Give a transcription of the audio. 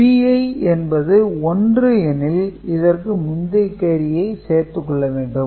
Pi என்பது 1 எனில் இதற்கு முந்தி கேரியை சேர்த்துக் கொள்ள வேண்டும்